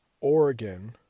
Oregon